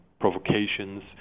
provocations